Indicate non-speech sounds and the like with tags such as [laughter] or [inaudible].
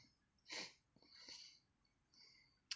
[breath]